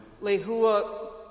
Lehua